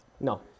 No